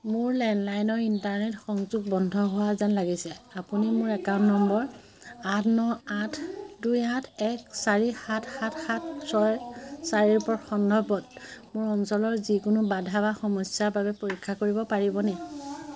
মোৰ landline internet সংযোগ বন্ধ হোৱা যেন লাগিছে আপুনি মোৰ একাউণ্ট নম্বৰ আঠ ন আঠ দুই আঠ এক চাৰি সাত সাত সাত ছয় চাৰিৰ সন্দৰ্ভত মোৰ অঞ্চলৰ যিকোনো বাধা বা সমস্যাৰ বাবে পৰীক্ষা কৰিব পাৰিব নেকি